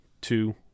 two